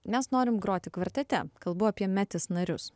mes norim groti kvartete kalbu apie metis narius